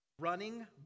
running